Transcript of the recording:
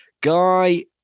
Guy